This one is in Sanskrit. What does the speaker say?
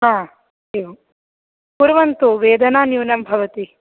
एवं कुर्वन्तु वेदना न्यूनं भवति